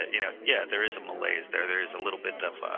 ah you know yeah there is a malaise, there there is a little bit of